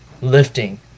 lifting